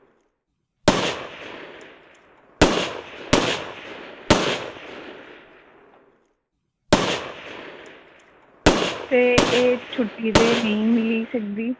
ते एह् छुट्टी ते नेईं मिली सकदी